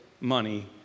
money